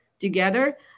together